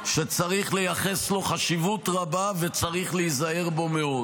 שצריך לייחס לו חשיבות רבה וצריך להיזהר בו מאוד,